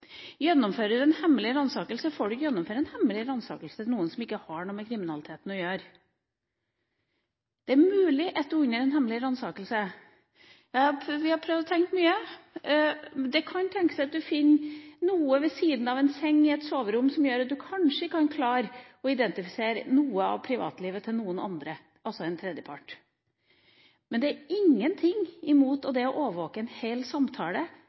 Gjennomfører man en hemmelig ransakelse, får man ikke gjøre det hos noen som ikke har noe med kriminaliteten å gjøre. Det er mulig at en under en hemmelig ransakelse – vi har prøvd å tenke mye – finner noe ved siden av en seng i et soverom som gjør at en kanskje kan klare å identifisere noe av privatlivet til noen andre, altså en tredjepart. Men det er ingenting imot det å overvåke en hel samtale